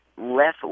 less